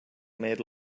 made